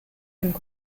aiment